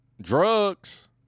drugs